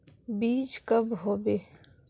बीज कब होबे?